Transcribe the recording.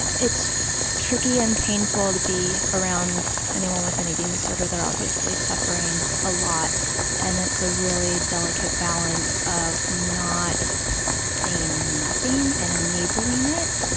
it's tricky and painful to be around anyone with an eating disorder. they're obviously suffering a lot and that's a really delicate balance of not saying nothing and enabling it